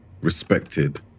respected